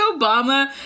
Obama